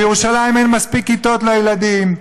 בירושלים אין מספיק כיתות לילדים.